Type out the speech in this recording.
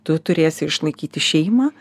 tu turėsi išlaikyti šeimą